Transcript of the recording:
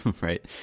Right